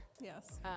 Yes